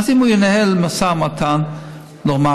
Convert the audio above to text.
אז אם הוא ינהל משא ומתן נורמלי,